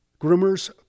groomers